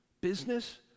business